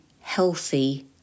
healthy